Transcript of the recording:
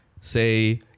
say